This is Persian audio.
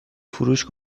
فروش